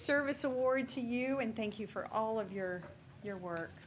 service award to you and thank you for all of your your work